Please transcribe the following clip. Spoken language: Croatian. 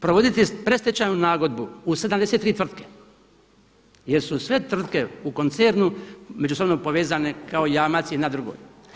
Provoditi predstečajnu nagodbu u 73 tvrtke jer su sve tvrtke u koncernu međusobno povezane kao jamac jedna drugoj.